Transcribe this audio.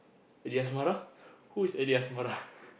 A D Asmara who is A D Asmara